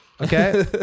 Okay